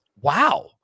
wow